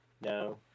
No